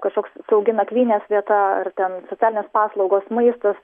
kažkoks saugi nakvynės vieta ar ten socialinės paslaugos maistas